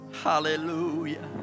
Hallelujah